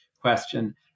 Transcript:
question